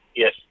Yes